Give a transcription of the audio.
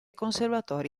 conservatori